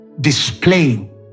displaying